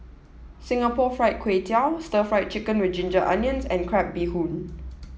Singapore Fried Kway Tiao Stir Fried Chicken with Ginger Onions and Crab Bee Hoon